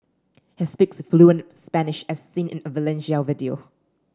he speaks fluent Spanish as seen in a Valencia video